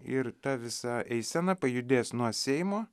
ir ta visa eisena pajudės nuo seimo